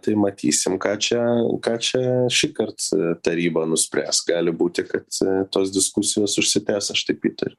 tai matysim ką čia ką čia šįkart taryba nuspręs gali būti kad tos diskusijos užsitęs aš taip įtariu